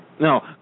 No